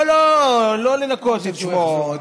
לא, לא, לא לנקות את שמו.